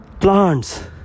plants